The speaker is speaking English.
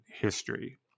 history